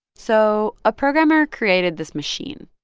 so a programmer created this machine.